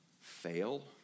fail